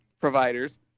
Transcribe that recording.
providers